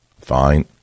fine